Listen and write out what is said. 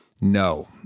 no